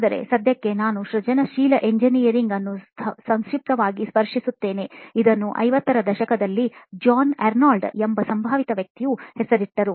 ಆದರೆ ಸದ್ಯಕ್ಕೆ ನಾನು ಸೃಜನಶೀಲ ಎಂಜಿನಿಯರಿಂಗ್ ಅನ್ನು ಸಂಕ್ಷಿಪ್ತವಾಗಿ ಸ್ಪರ್ಶಿಸುತ್ತೇನೆ ಇದನ್ನು 50 ರ ದಶಕದಲ್ಲಿ ಜಾನ್ ಅರ್ನಾಲ್ಡ್ ಎಂಬ ಸಂಭಾವಿತ ವ್ಯಕ್ತಿಯು ಹೆಸರಿಟ್ಟರು